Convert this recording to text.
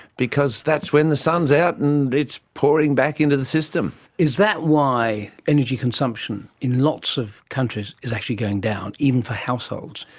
because that's when the sun is out and it's pouring back into the system. is that why energy consumption in lots of countries is actually going down, even for households?